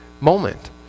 moment